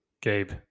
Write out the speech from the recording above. Gabe